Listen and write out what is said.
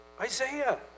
Isaiah